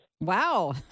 Wow